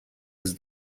his